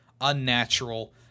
unnatural